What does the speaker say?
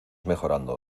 mejorando